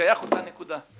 שייך לאותה נקודה.